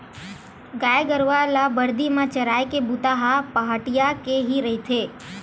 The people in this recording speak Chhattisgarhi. गाय गरु ल बरदी म चराए के बूता ह पहाटिया के ही रहिथे